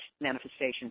manifestation